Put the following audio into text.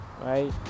right